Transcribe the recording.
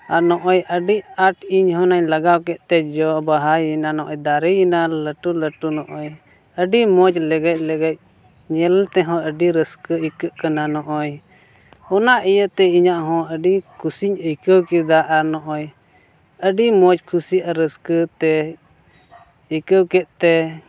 ᱟᱨ ᱱᱚᱜᱼᱚᱸᱭ ᱟᱹᱰᱤ ᱟᱸᱴ ᱤᱧ ᱦᱩᱱᱟᱹᱜ ᱞᱟᱜᱟᱣ ᱠᱮᱫᱛᱮ ᱡᱚ ᱵᱟᱦᱟᱭᱮᱱᱟ ᱱᱚᱜᱼᱚᱸᱭ ᱫᱟᱨᱮᱭᱮᱱᱟ ᱞᱟᱹᱴᱩ ᱞᱟᱹᱴᱩ ᱱᱚᱜᱼᱚᱸᱭ ᱟᱹᱰᱤ ᱢᱚᱡᱽ ᱞᱮᱜᱮᱡ ᱞᱮᱜᱮᱡ ᱧᱮᱞ ᱛᱮ ᱦᱚᱸ ᱟᱹᱰᱤ ᱨᱟᱹᱥᱠᱟᱹ ᱟᱹᱭᱠᱟᱹᱜ ᱠᱟᱱᱟ ᱱᱚᱜᱼᱚᱸᱭ ᱚᱱᱟ ᱤᱭᱟᱹᱛᱮ ᱤᱧᱟᱹᱜ ᱦᱚᱸ ᱟᱹᱰᱤ ᱠᱩᱥᱤᱧ ᱟᱹᱭᱠᱟᱹᱣ ᱠᱮᱫᱟ ᱟᱨ ᱱᱚᱜᱼᱚᱸᱭ ᱟᱹᱰᱤ ᱢᱚᱡᱽ ᱠᱩᱥᱤ ᱟᱨ ᱨᱟᱹᱥᱠᱟᱹᱛᱮ ᱤᱠᱟᱹᱣ ᱠᱮᱫᱛᱮ